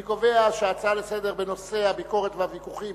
אני קובע שההצעה לסדר-היום בנושא הביקורת והוויכוחים